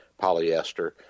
polyester